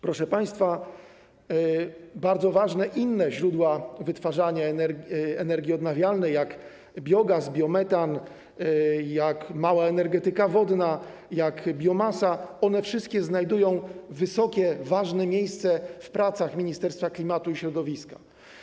Proszę państwa, inne bardzo ważne źródła wytwarzania energii odnawialnej, jak biogaz, biometan, jak mała energetyka wodna, jak biomasa - one wszystkie zajmują wysokie, istotne miejsce w pracach Ministerstwa Klimatu i Środowiska.